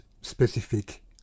specific